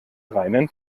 reinen